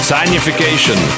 Signification